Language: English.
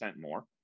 more